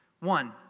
One